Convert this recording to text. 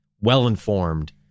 well-informed